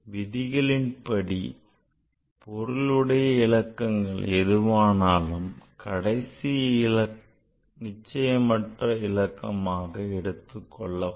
விதிகளின்படி பொருளுடைய இலக்கங்கள் எதுவானாலும் கடைசி இலக்கம் நிச்சயமற்ற இலக்கமாக எடுத்துக் கொள்ளப்படும்